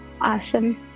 awesome